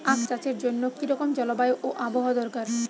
আখ চাষের জন্য কি রকম জলবায়ু ও আবহাওয়া দরকার?